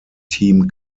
team